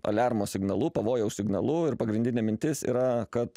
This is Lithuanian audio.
aliarmo signalu pavojaus signalu ir pagrindinė mintis yra kad